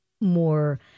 more